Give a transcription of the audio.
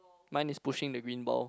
mine is pushing the wind ball